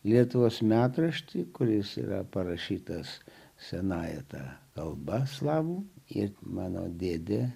lietuvos metraštyje kuris yra parašytas senąja ta kalba slavų ir mano dėdė